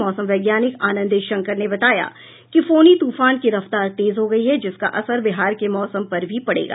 मौसम वैज्ञानिक आनंद शंकर ने बताया कि फोनी तूफान की रफ्तार तेज हो गयी है जिसका असर बिहार के मौसम पर भी पड़ेगा